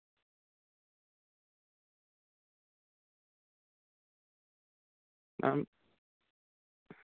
madam